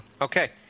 Okay